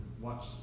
watch